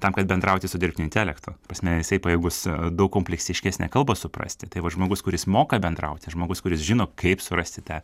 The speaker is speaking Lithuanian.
tam kad bendrauti su dirbtiniu intelektu ta prasme jisai pajėgus daug kompleksiškesnę kalbą suprasti tai va žmogus kuris moka bendrauti žmogus kuris žino kaip surasti tą